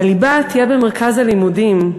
הליבה תהיה במרכז הלימודים.